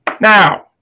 Now